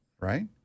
right